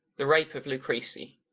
the rape of lucrece the